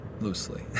loosely